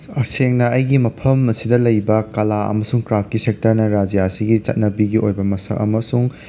ꯑꯁꯦꯡꯅ ꯑꯩꯒꯤ ꯃꯐꯝ ꯑꯁꯤꯗ ꯂꯩꯕ ꯀꯂꯥ ꯑꯃꯁꯨꯡ ꯀ꯭ꯔꯥꯐꯀꯤ ꯁꯦꯛꯇꯔꯅ ꯔꯥꯖ꯭ꯌꯥ ꯑꯁꯤꯒꯤ ꯆꯠꯅꯕꯤꯒꯤ ꯑꯣꯏꯕ ꯃꯁꯛ ꯑꯃꯁꯨꯡ